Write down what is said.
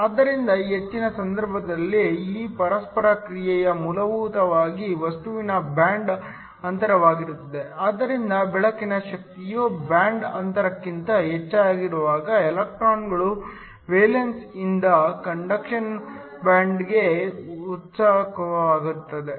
ಆದ್ದರಿಂದ ಹೆಚ್ಚಿನ ಸಂದರ್ಭಗಳಲ್ಲಿ ಈ ಪರಸ್ಪರ ಕ್ರಿಯೆಯು ಮೂಲಭೂತವಾಗಿ ವಸ್ತುವಿನ ಬ್ಯಾಂಡ್ ಅಂತರವಾಗಿರುತ್ತದೆ ಆದ್ದರಿಂದ ಬೆಳಕಿನ ಶಕ್ತಿಯು ಬ್ಯಾಂಡ್ ಅಂತರಕ್ಕಿಂತ ಹೆಚ್ಚಾಗಿರುವಾಗ ಎಲೆಕ್ಟ್ರಾನ್ಗಳು ವೇಲೆನ್ಸಿಯಿಂದ ಕಂಡಕ್ಷನ್ ಬ್ಯಾಂಡ್ಗೆ ಉತ್ಸುಕವಾಗುತ್ತವೆ